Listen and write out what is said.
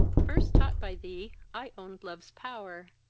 first taught by thee i own'd love's pow'r,